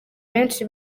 benshi